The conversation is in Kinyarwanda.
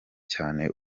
cyane